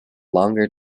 longer